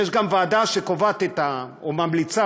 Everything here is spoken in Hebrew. יש גם ועדה שקובעת או ממליצה,